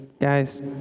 guys